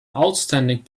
outstanding